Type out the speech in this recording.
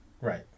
right